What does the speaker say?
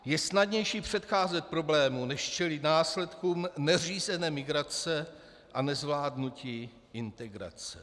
Je snadnější předcházet problému než čelit následkům neřízené migrace a nezvládnutí integrace.